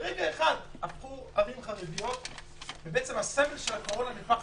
ברגע אחד הילד החרדי הפך לסמל של הקורונה.